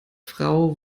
frau